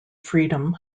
freedom